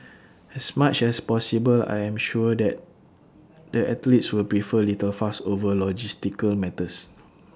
as much as possible I am sure that the athletes will prefer little fuss over logistical matters